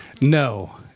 no